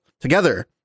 Together